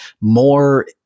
more